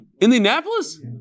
Indianapolis